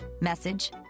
message